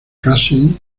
casey